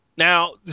Now